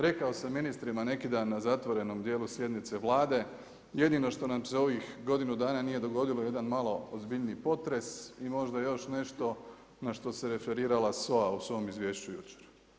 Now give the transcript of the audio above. Rekao sam ministrima neki dan na zatvorenom dijelu sjednice Vlade, jedino što nam se ovih godinu dana nije dogodilo, jedan malo ozbiljniji potres i možda još nešto na što se referirala SOA u svom izvješću jučer.